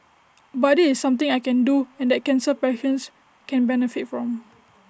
but this is something I can do and that cancer patients can benefit from